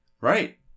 Right